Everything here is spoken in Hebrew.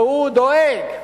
שהוא דואג,